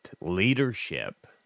leadership